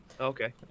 Okay